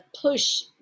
push